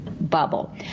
bubble